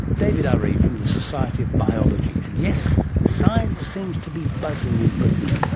david ah urry from the society of biology. and yes, science seems to be buzzing in britain,